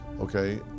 Okay